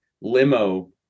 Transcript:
limo